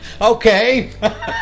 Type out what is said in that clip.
Okay